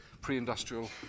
pre-industrial